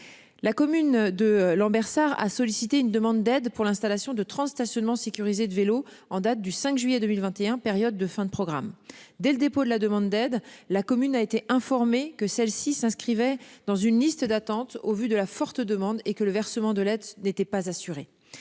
La commune de Lambersart à solliciter une demande d'aide pour l'installation de 3 stationnement sécurisés de vélo en date du 5 juillet 2021, période de fin de programme dès le dépôt de la demande d'aide. La commune a été informé que celle-ci s'inscrivait dans une liste d'attente au vu de la forte demande et que le versement de l'aide n'était pas assuré.